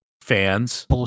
fans